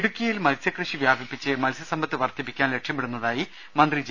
ഇടുക്കിയിൽ മത്സൃകൃഷി വ്യാപിപ്പിച്ച് മത്സ്യ സമ്പത്ത് വർദ്ധിപ്പിക്കാൻ ലക്ഷ്യമിടു ന്നതായി മന്ത്രി ജെ